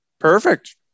Perfect